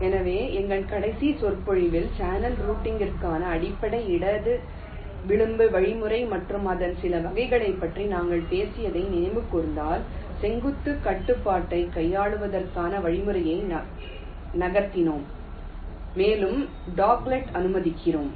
எனவே எங்கள் கடைசி சொற்பொழிவில் சேனல் ரூட்டிங்கிற்கான அடிப்படை இடது விளிம்பு வழிமுறை மற்றும் அதன் சில வகைகளைப் பற்றி நாங்கள் பேசியதை நினைவு கூர்ந்தால் செங்குத்து கட்டுப்பாட்டைக் கையாளுவதற்கான வழிமுறையை நகர்த்தினோம் மேலும் டாக்லெக்களை அனுமதிக்கிறோம்